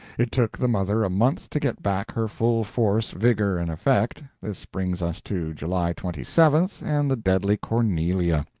it took the mother a month to get back her full force, vigor, and effect this brings us to july twenty seventh and the deadly cornelia.